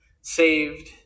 saved